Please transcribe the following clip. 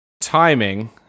timing